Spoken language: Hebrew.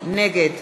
נגד